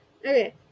Okay